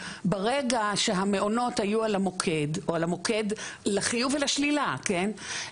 ברגע שהמעונות היו על המוקד או על המוקד לחיוב ולשלילה כן,